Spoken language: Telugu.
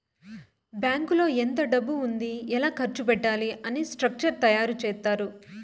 బ్యాంకులో ఎంత డబ్బు ఉంది ఎలా ఖర్చు పెట్టాలి అని స్ట్రక్చర్ తయారు చేత్తారు